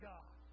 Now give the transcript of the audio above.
God